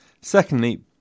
Secondly